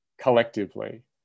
collectively